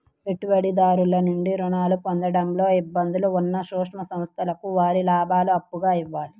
పెట్టుబడిదారుల నుండి రుణాలు పొందడంలో ఇబ్బందులు ఉన్న సూక్ష్మ సంస్థలకు వారి లాభాలను అప్పుగా ఇవ్వాలి